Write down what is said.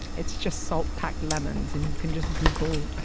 it's just salt-packed lemons, and you can just google